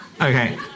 okay